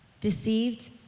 deceived